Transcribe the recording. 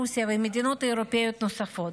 מרוסיה וממדינות אירופיות נוספות.